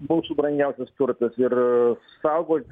mūsų brangiausias turtas ir saugot